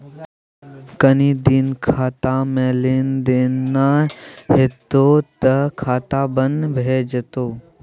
कनी दिन खातामे लेन देन नै हेतौ त खाता बन्न भए जेतौ